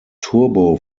turbo